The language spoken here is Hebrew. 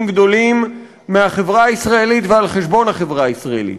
גדולים מהחברה הישראלית ועל חשבון החברה הישראלית,